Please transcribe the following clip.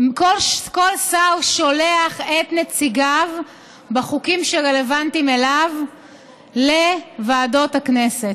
כל שר שולח את נציגיו בחוקים שרלוונטיים אליו לוועדות הכנסת.